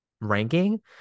ranking